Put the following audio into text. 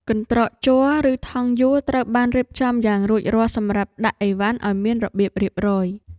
កន្ត្រកជ័រ ឬថង់យួរត្រូវបានរៀបចំយ៉ាងរួចរាល់សម្រាប់ដាក់ឥវ៉ាន់ឱ្យមានរបៀបរៀបរយ។